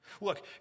Look